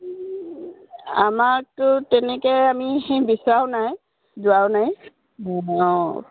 আমাকতো তেনেকৈ আমি সেই বিচৰাও নাই যোৱাও নাই অঁ